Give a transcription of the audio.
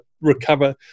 recover